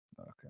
Okay